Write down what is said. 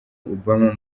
obama